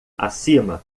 acima